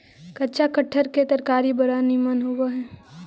कच्चा कटहर के तरकारी बड़ी निमन होब हई